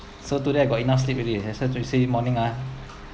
so today I got enough sleep already that's why I say morning ah